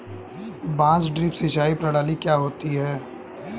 बांस ड्रिप सिंचाई प्रणाली क्या होती है?